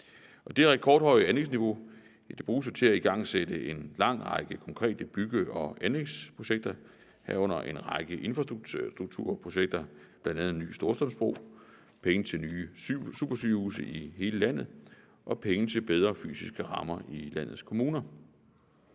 Det er et rekordhøjt anlægsniveau, og det bruges til at igangsætte en lang række konkrete bygge- og anlægsprojekter, herunder en række infrastrukturprojekter, bl.a. en ny Storstrømsbro, penge til nye supersygehuse i hele landet og penge til bedre fysiske rammer i landets kommuner.